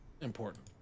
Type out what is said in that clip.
important